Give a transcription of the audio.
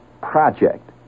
project